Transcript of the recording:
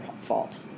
fault